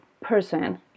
person